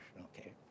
okay